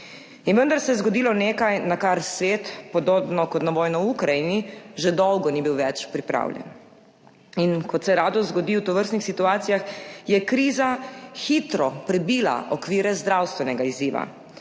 In vendar se je zgodilo nekaj, na kar svet, podobno kot na vojno v Ukrajini, že dolgo ni bil več pripravljen. In kot se rado zgodi v tovrstnih situacijah, je kriza hitro prebila okvire zdravstvenega izziva.